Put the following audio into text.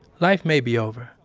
life may be over,